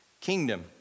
kingdom